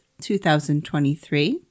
2023